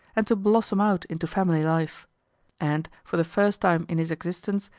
and to blossom out into family life and, for the first time in his existence,